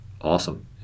Awesome